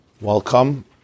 Welcome